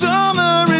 Summer